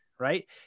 right